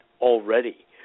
already